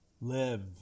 Live